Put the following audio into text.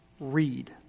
Read